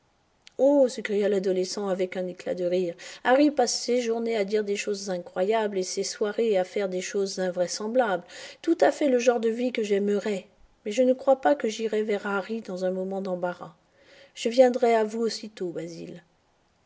oh s'écria l'adolescent avec un éclat de rire harry passe ses journées à dire des choses incroyables et ses soirées à faire des choses invraisemblables tout à fait le genre de vie que j'aimerais mais je ne crois pas que j'irai vers harry dans un moment d'embarras je viendrai à vous aussitôt basil